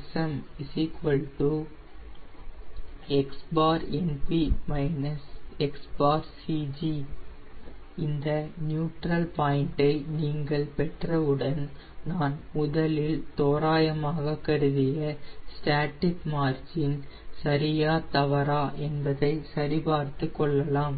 SM XNP− XCG இந்த neutral point ஐ நீங்கள் பெற்றவுடன் நான் முதலில் தோராயமாக கருதிய ஸ்டாட்டிக் மார்ஜின் சரியா தவறா என்பதை சரிபார்த்துக் கொள்ளலாம்